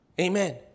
Amen